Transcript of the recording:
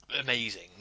amazing